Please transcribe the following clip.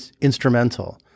instrumental